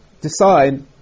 decide